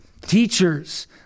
Teachers